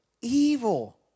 evil